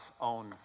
own